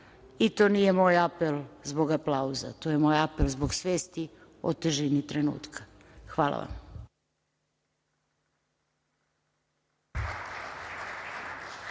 To nije moj apel zbog aplauza, to je moj apel zbog svesti o težini trenutka. Hvala vam.